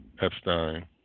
Epstein